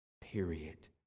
period